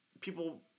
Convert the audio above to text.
people